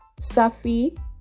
Safi